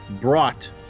brought